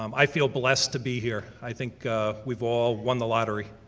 um i feel blessed to be here. i think we've all won the lottery.